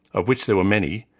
of which there were many,